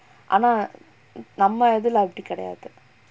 ஆனா நம்ம இதுல அப்டி கெடையாது:aanaa namma ithula apdi kedaiyathu